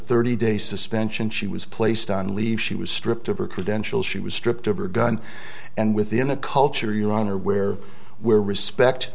thirty day suspension she was placed on leave she was stripped of her credentials she was stripped of her gun and within a culture your honor where will respect